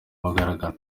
mugaragaro